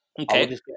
Okay